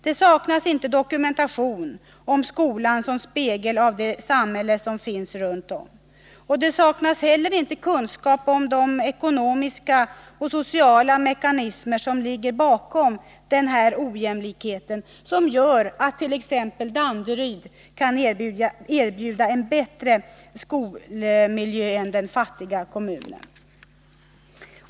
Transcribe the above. Det saknas inte dokumentation om skolan som spegel av det samhälle som finns runt om. Det saknas inte heller kunskap om de ekonomiska och sociala mekanismer som ligger bakom den här ojämlikheten och som gör att t.ex. Danderyd kan erbjuda bättre skolmiljö än den fattiga kommunen.